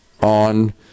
on